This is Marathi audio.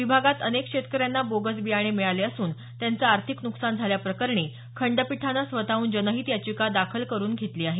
विभागात अनेक शेतकऱ्यांना बोगस बियाणे मिळाले असून त्यांचं आर्थिक नुकसान झाल्याप्रकरणी खंडपीठानं स्वतहून जनहित याचिका दाखल करुन घेतली आहे